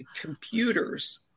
computers